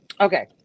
okay